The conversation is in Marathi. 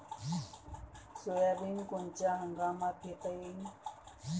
सोयाबिन कोनच्या हंगामात घेता येईन?